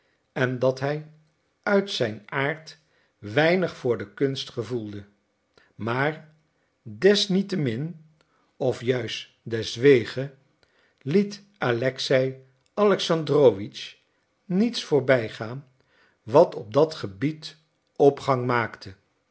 en dat hij uit zijn aard weinig voor de kunst gevoelde maar desniettemin of juist deswege liet alexei alexandrowitsch niets voorbij gaan wat op dat gebied opgang maakte